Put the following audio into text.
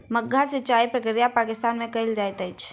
माद्दा सिचाई प्रक्रिया पाकिस्तान में कयल जाइत अछि